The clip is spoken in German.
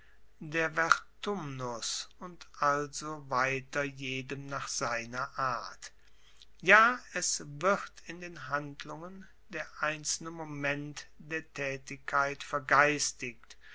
der vertumnus und also weiter jedem nach seiner art ja es wird in den handlungen der einzelne moment der taetigkeit vergeistigt